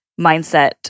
mindset